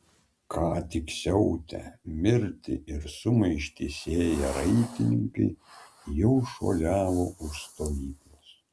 ką tik siautę mirtį ir sumaištį sėję raitininkai jau šuoliavo už stovyklos